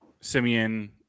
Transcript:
Simeon